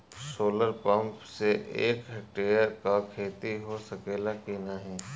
Solar pump से एक hectare क खेती हो सकेला की नाहीं?